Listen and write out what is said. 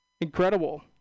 incredible